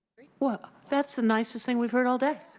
well that's the nicest thing we've heard all day.